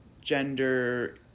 gender